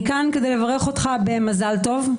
אני כאן כדי לברך אותך במזל טוב,